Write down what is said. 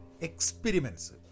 Experiments